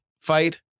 fight